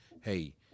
hey